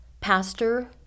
Pastor